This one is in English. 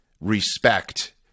respect